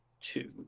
two